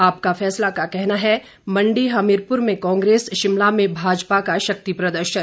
आपका फैसला का कहना है मंडी हमीरपुर में कांग्रेस शिमला में भाजपा का शक्ति प्रदर्शन